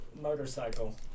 Motorcycle